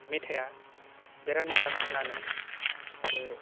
मेथाइआ बेराद मोजां खोनानो आरो